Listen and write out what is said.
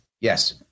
Yes